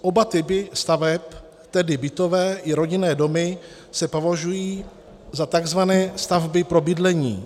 Oba typy staveb, tedy bytové i rodinné domy, se považují za tzv. stavby pro bydlení.